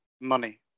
money